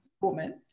woman